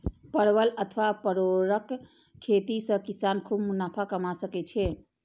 परवल अथवा परोरक खेती सं किसान खूब मुनाफा कमा सकै छै